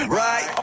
right